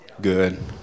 Good